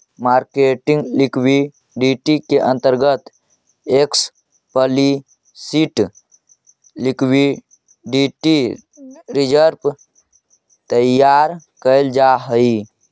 marketing liquidity के अंतर्गत explicit liquidity reserve तैयार कैल जा हई